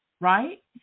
right